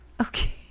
Okay